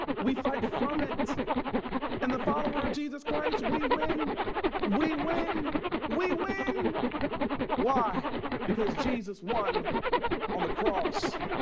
we fight from it and the follower of jesus christ. we win we win we win why because jesus won on the cross?